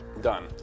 Done